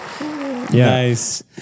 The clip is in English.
Nice